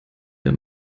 der